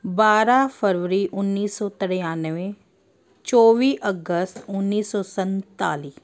ਬਾਰਾਂ ਫਰਵਰੀ ਉੱਨੀ ਸੌ ਤਰੱਨਵੇ ਚੌਵੀ ਅਗਸਤ ਉੱਨੀ ਸੌ ਸੰਨਤਾਲੀ